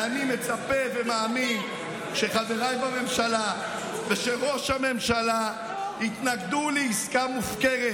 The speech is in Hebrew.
ואני מצפה ומאמין שחבריי בממשלה ושראש הממשלה יתנגדו לעסקה מופקרת.